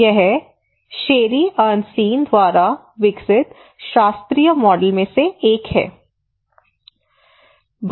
यह Sherry Arnstein द्वारा विकसित शास्त्रीय मॉडल में से एक है